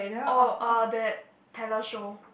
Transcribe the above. oh uh that Taylor show